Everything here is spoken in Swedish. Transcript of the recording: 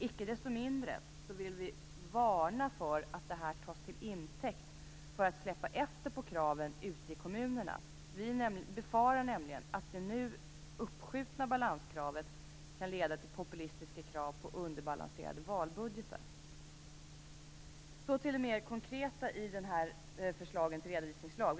Icke desto mindre vill vi varna för att detta tas till intäkt för att släppa efter på kraven ute i kommunerna. Vi befarar nämligen att det uppskjutna balanskravet kan leda till populistiska krav på underbalanserade valbudgetar. Så till det mer konkreta i förslaget till redovisningslag.